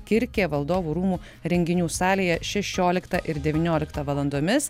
kirkė valdovų rūmų renginių salėje šešioliktą ir devynioliktą valandomis